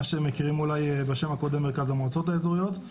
מה שמכירים אולי בשם הקודם - מרכז המועצות האזוריות.